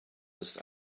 ist